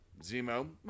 Zemo